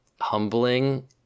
humbling